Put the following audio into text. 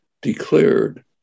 declared